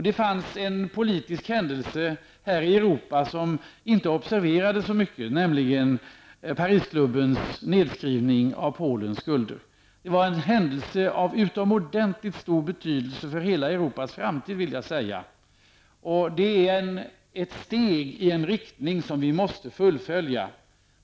Det finns en politisk händelse i Europa som inte har observerats så mycket, nämligen Paris-klubbens nedskrivning av Polens skulder. Det var en händelse av utomordentligt stor betydelse för hela Europas framtid. Det är ett steg i en riktning som vi måste följa.